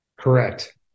Correct